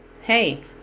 hey